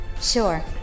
Sure